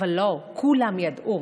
אבל לא, כולם ידעו